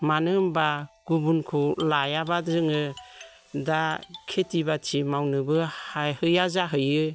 मानो होनब्ला गुबुनखौ लायाब्ला जोङो दा खेथि बाथि मावनोबो हाहैया जाहैयो